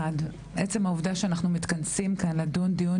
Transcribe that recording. עצם העובדה שאנחנו מתכנסים כאן לדון דיון